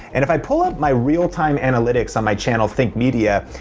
and if i pull up my realtime analytics on my channel, think media,